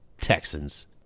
Texans